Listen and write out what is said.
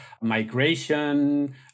migration